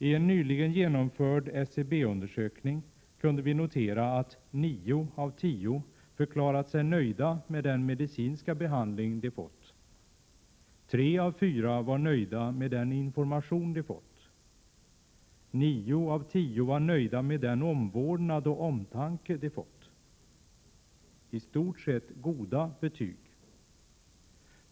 I en nyligen genomförd SCB-undersökning kunde vi notera att nio av tio förklarat sig nöjda med den medicinska behandling de fått. Tre av fyra var nöjda med den information de fått, nio av tio var nöjda med den omvårdnad och omtanke de fått. I stort sett goda betyg.